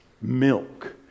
milk